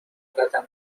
قدم